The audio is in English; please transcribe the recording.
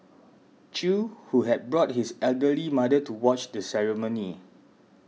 Chew who had brought his elderly mother to watch the ceremony